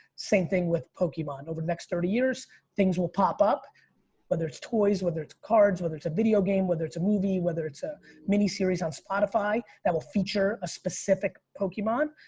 same thing with pokemon. over the next thirty years things will pop up whether it's toys, whether it's cards, whether it's a video game, whether it's a movie, whether it's a mini series on spotify, that will feature a specific pokemon.